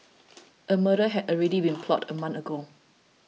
a murder had already been plotted a month ago